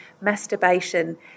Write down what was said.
masturbation